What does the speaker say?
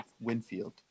Winfield